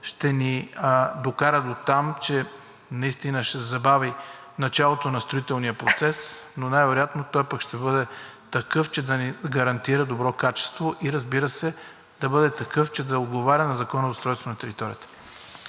ще ни докара дотам, че ще се забави началото на строителния процес, но най-вероятно той пък ще бъде такъв, че да гарантира добро качество, и разбира се, да бъде такъв, че да отговаря на Закона за устройство на територията.